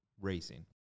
racing